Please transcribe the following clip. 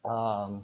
um